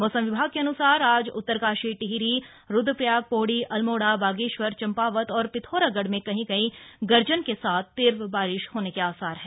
मौसम विभाग के अनुसार आज उत्तरकाशी टिहरी रुद्रप्रयाग पौड़ी अत्मोड़ा बागेश्वर चम्पावत और पिथौरागढ़ में कहीं कहीं गर्जन के साथ तीव्र बारिश होने के आसार हैं